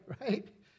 right